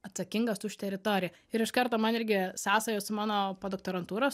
atsakingas už teritoriją ir iš karto man irgi sąsajos su mano podoktorantūros